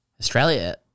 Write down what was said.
Australia